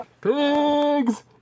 Pigs